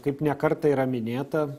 kaip ne kartą yra minėta